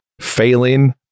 failing